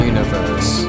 Universe